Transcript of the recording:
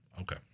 Okay